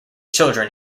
children